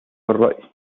الرأي